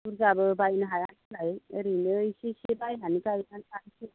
बुरजाबो बायनो हाया नालाय ओरैनो एसे एसे बायनानै गायना लानोसै